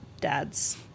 dad's